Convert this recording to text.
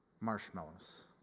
marshmallows